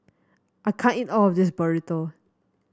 I can't eat all of this Burrito